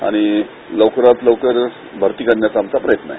आणि लवकरात लवकर प्रक्रिया करण्याचा आमचा प्रयत्न आहे